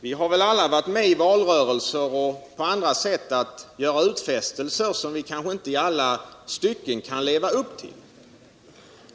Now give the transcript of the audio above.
Vi har väl i valrörelser och på annat sätt varit med om att göra utfästelser som vi kanske inte i alla stycken kan leva upp till.